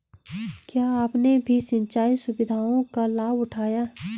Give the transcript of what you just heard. क्या आपने भी सिंचाई सुविधाओं का लाभ उठाया